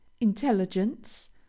intelligence